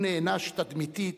הוא נענש תדמיתית,